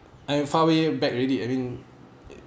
I am far way back already I mean